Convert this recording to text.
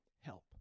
help